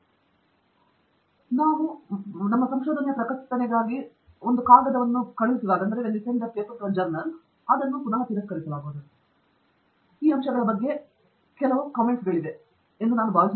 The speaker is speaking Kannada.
ಪ್ರತಾಪ್ ಹರಿಡೋಸ್ ನಾವು ನಿಮ್ಮ ಬಗ್ಗೆ ಮಾತನಾಡುವಾಗ ಪ್ರಕಟಣೆಗಾಗಿ ಒಂದು ಕಾಗದದಲ್ಲಿ ಕಳುಹಿಸುವಾಗ ಅದನ್ನು ಮತ್ತೆ ತಿರಸ್ಕರಿಸಲಾಗುವುದು ಮತ್ತು ನಾನು ಈ ಅಂಶಗಳ ಬಗ್ಗೆ ಈಗಾಗಲೇ ಕೆಲವು ಕಾಮೆಂಟ್ಗಳಿವೆ ಎಂದು ನಾನು ಭಾವಿಸುತ್ತೇನೆ